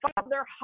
Father